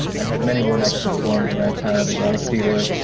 and had many one-acts performed around town at the atlantic theatre,